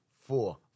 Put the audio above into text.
four